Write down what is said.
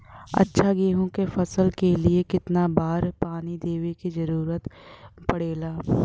अच्छा गेहूँ क फसल के लिए कितना बार पानी देवे क जरूरत पड़ेला?